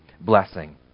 blessing